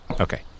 Okay